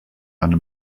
under